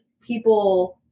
people